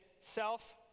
self